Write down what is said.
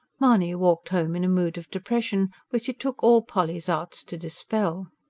mahony walked home in a mood of depression which it took all polly's arts to dispel.